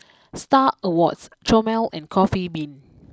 Star Awards Chomel and Coffee Bean